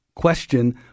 question